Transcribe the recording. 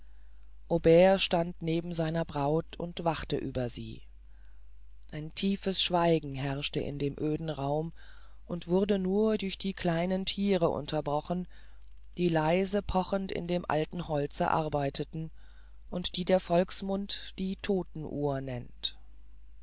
stand neben seiner braut und wachte über sie ein tiefes schweigen herrschte in dem öden raum und wurde nur durch die kleinen thiere unterbrochen die leise pochend in dem alten holze arbeiteten und die der volksmund die todtenuhr nennt